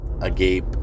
agape